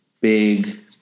big